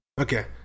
Okay